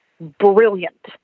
brilliant